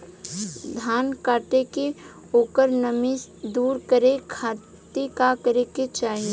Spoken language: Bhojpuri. धान कांटेके ओकर नमी दूर करे खाती का करे के चाही?